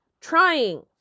Trying